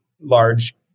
large